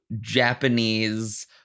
Japanese